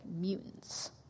mutants